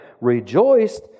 rejoiced